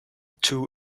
too